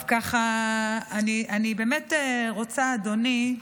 אז ככה, אני רוצה, אדוני,